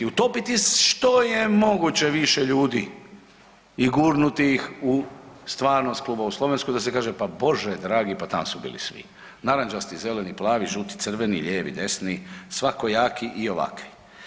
Utopiti što je moguće više ljudi i gurnuti ih u stvarnost kluba u Slovenskoj da se kaže, pa Bože dragi pa tamo su bili svi, narančasti, zeleni, plavi, žuti, crveni, lijevi, desni, svakojaki i ovakvi.